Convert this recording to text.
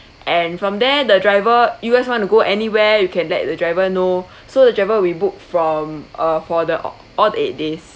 and from there the driver you guys want to go anywhere you can let the driver know so the driver we book from uh for the al~ all the eight days